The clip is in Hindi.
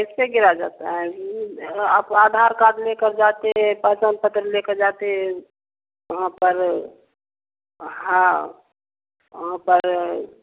कैसे गिराया जाता है आप आधार कार्ड लेकर जाते हैं पहचान पत्र लेकर जाते हैं वहाँ पर हाँ वहाँ पर